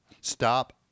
Stop